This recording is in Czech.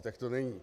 Tak to není.